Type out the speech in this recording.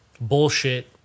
bullshit